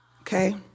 Okay